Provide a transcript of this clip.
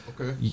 Okay